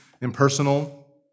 impersonal